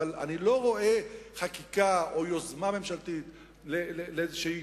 אבל אני לא רואה חקיקה או יוזמה ממשלתית שהיא